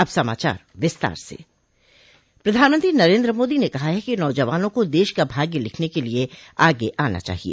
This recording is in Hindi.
अब समाचार विस्तार से प्रधानमंत्री नरेन्द्र मोदी ने कहा है कि नौजवानों को देश का भाग्य लिखने के लिए आगे आना चाहिए